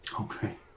Okay